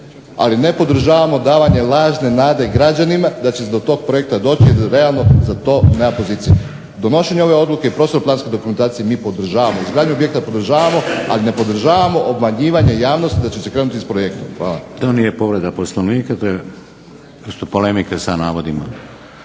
ali ne podržavamo davanje lažne nade građanima da će zbog tog projekta doći realno za to nema pozicija. donošenje ove odluke i prostorno planske dokumentacije mi podržavamo, izgradnju objekta podržavamo ali ne podržavamo obmanjivanje javnosti da će se krenuti s projektom. **Šeks, Vladimir (HDZ)** To nije povreda Poslovnika to su polemike sa navodima.